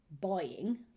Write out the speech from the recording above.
buying